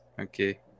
Okay